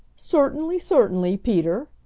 certainly, certainly, peter,